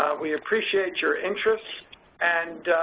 we appreciate your interest and